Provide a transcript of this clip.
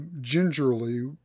gingerly